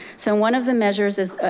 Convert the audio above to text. so one of the measures is,